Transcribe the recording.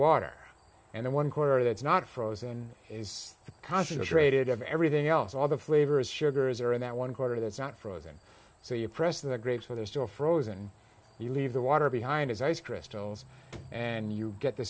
water and one quarter that's not frozen is concentrated of everything else all the flavors sugars are in that one quarter that's not frozen so you press the grape so there's still frozen you leave the water behind as ice crystals and you get th